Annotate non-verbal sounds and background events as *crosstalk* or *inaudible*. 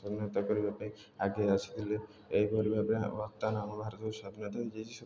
*unintelligible* କରିବାପାଇଁ ଆଗେଇ ଆସିଥିଲେ ଏହିଭଳି ଭାବରେ ବର୍ତ୍ତମାନ୍ ଆମ ଭାରତ ସ୍ୱାଧିନ ହେଇଯାଇଛି ସତ